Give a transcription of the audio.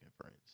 friends